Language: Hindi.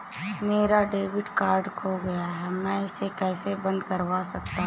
मेरा डेबिट कार्ड खो गया है मैं इसे कैसे बंद करवा सकता हूँ?